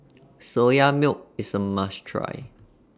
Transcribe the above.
Soya Milk IS A must Try